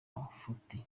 mafuti